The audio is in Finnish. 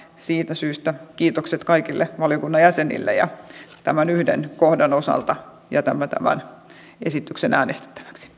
siitä syystä kiitokset kaikille valiokunnan jäsenille ja tämän yhden kohdan osalta jätämme tämän esityksen äänestettäväksi